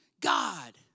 God